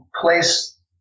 place